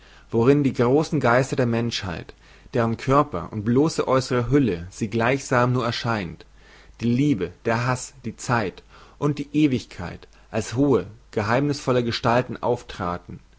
worin die großen geister der menschheit deren körper und bloße äußere hülle sie gleichsam nur erscheint die liebe der haß die zeit und ewigkeit als hohe geheimnißvolle gestalten auftraten